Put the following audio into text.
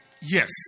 Yes